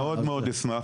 אני מאוד מאוד אשמח.